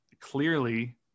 clearly